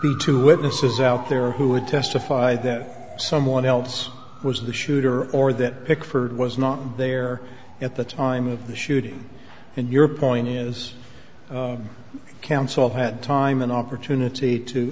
be two witnesses out there who would testify that someone else was the shooter or that pickford was not there at the time of the shooting and your point is counsel had time and opportunity to